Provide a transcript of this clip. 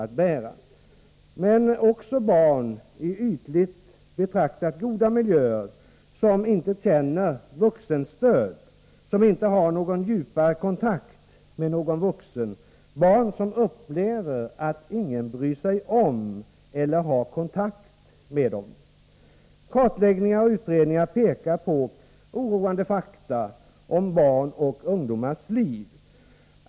Men detta gäller också barn i ytligt sett goda miljöer, som inte känner vuxenstöd, som inte har någon djupare kontakt med någon vuxen, barn som upplever att ingen bryr sig om dem eller har kontakt med dem. Kartläggningar och utredningar ger oroande fakta om barns och ungdomars liv.